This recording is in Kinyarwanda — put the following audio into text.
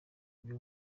ibyo